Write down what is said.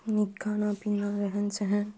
नीक खाना पीना रहन सहन